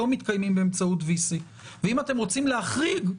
לא מתקיימים באמצעות VC. ואם אתם רוצים להחריג,